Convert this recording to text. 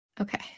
Okay